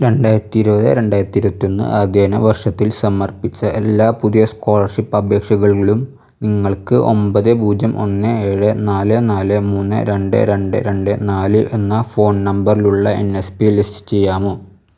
രണ്ടായിരത്തി ഇരുപത് രാണ്ടായിരത്തി ഇരുപത്തൊന്ന് അധ്യയന വർഷത്തിൽ സമർപ്പിച്ച എല്ലാ പുതിയ സ്കോളർഷിപ്പ് അപേക്ഷകളും നിങ്ങൾക്ക് ഒമ്പത് പൂജ്യം ഒന്ന് ഏഴ് നാല് നാല് മൂന്ന് രണ്ട് രണ്ട് രണ്ട് നാല് എന്ന ഫോൺ നമ്പറിലുള്ള എൻ എസ് പി യിൽ ലിസ്റ്റ് ചെയ്യാമോ